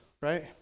right